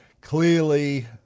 Clearly